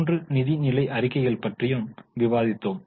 மூன்று நிதிநிலை அறிக்கைகள் பற்றியும் விவாதித்தோம்